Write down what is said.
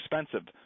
expensive